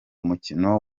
mukino